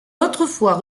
autrefois